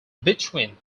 between